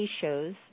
shows